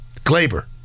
Glaber